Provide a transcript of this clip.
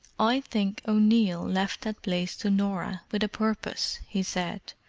i think o'neill left that place to norah with a purpose, he said.